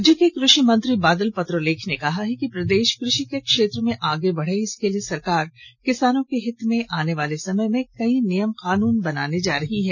राज्य के कृषि मंत्री बादल पत्रलेख ने कहा है कि प्रदेश कृषि के क्षेत्र में आगे बढ़े इसके लिए सरकार किसानों के हित में आने वाले समय में कई नियम कानून बनाने जा रही है